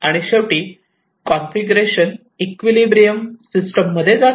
आणि शेवटी configuration equilibrium system मध्ये जाते